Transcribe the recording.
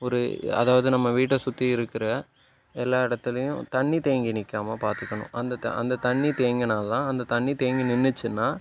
ஒரு அதாவது நம்ம வீட்டை சுற்றி இருக்கிற எல்லா இடத்துலையும் தண்ணி தேங்கி நிக்காமல் பார்த்துக்கணும் அந்த த அந்த தண்ணி தேங்கினால்தான் அந்த தண்ணி தேங்கி நின்னுச்சுனா